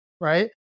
right